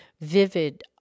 vivid